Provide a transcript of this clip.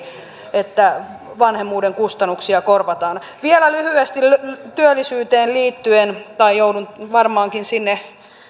että vanhemmuuden kustannuksia korvataan vielä lyhyesti työllisyyteen liittyen tai joudun varmaankin sinne